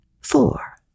four